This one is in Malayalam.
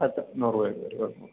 ആയിരത്തെണ്ണൂറ് രൂപയേ വരുന്നുളളൂ